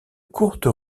courte